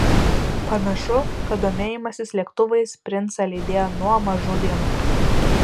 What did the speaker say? panašu kad domėjimasis lėktuvais princą lydėjo nuo mažų dienų